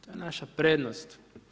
To je naša prednost.